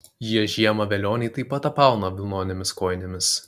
jie žiemą velionį taip pat apauna vilnonėmis kojinėmis